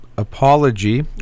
apology